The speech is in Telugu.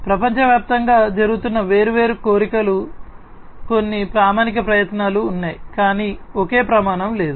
ప్రపంచవ్యాప్తంగా జరుగుతున్న వేర్వేరు కోరికలు కొన్ని ప్రామాణిక ప్రయత్నాలు ఉన్నాయి కానీ ఒకే ప్రమాణం లేదు